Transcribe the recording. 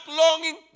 longing